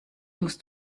musst